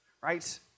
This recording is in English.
right